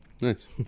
Nice